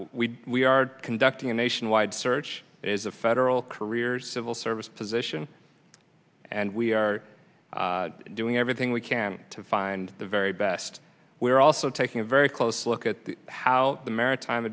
we are conducting a nationwide search is a federal career civil service position and we are doing everything we can to find the very best we are also taking a very close look at how the maritime